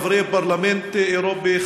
חברי הפרלמנט האירופי,